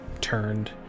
turned